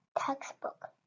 textbook